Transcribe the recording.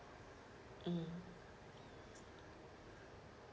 mm